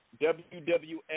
WWF